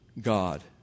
God